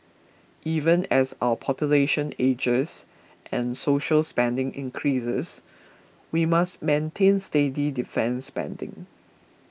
even as our population ages and social spending increases we must maintain steady defence spending